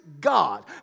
God